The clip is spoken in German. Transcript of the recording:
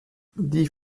die